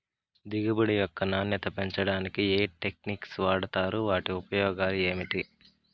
దిగుబడి యొక్క నాణ్యత పెంచడానికి ఏ టెక్నిక్స్ వాడుతారు వాటి ఉపయోగాలు ఏమిటి?